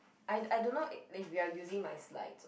I I don't know if you're using my slides